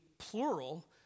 plural